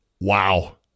Wow